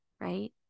right